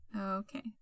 Okay